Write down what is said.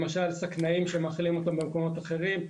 למשל שקנאים שמאכילים אותם במקומות אחרים,